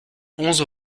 onze